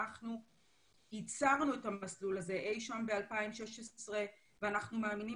אנחנו ייצרנו את המסלול הזה אי שם ב-2016 ואנחנו מאמינים